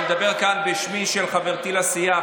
אני מדבר כאן בשמה של חברתי לסיעה,